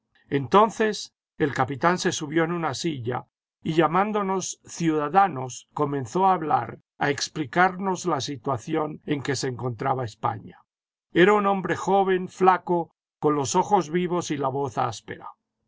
entonces el capitán se subió en una silla y llamándonos ciudadanos comenzó a hablar a explicarnos la situación en que se encontraba españa era un hombre joven ñaco con los ojos vivos y la voz áspera